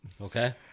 Okay